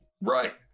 right